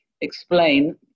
explain